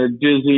Dizzy